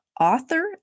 author